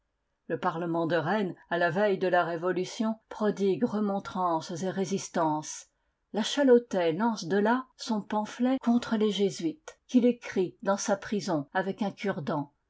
le parlement de rennes à la veille de la révolution prodigue remontrances et résistances la chalotais lance de là son pamphlet contre les jésuites qu'il écrit dans sa prison avec un cure dent